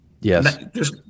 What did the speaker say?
Yes